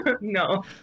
No